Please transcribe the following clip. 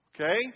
Okay